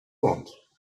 want